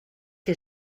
que